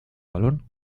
balón